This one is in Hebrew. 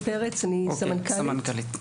אני סמנכ"לית,